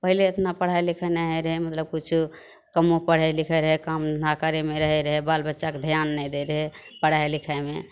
पहिले एतना पढ़ाइ लिखाइ नहि होइ रहै मतलब किछो कमो पढ़ै लिखै रहै काम धन्धा करैमे रहै रहै बाल बच्चापर ध्यान नहि दै रहै पढ़ाइ लिखाइमे